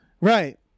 Right